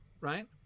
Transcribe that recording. right